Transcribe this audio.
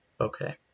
Okay